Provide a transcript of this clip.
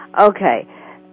Okay